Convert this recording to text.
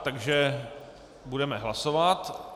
Takže budeme hlasovat.